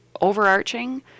overarching